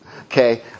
Okay